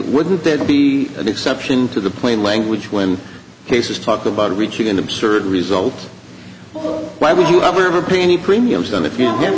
wouldn't that be an exception to the plain language when cases talk about reaching an absurd result why would you ever pay any premiums then again